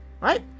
Right